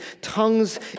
Tongues